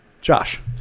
Josh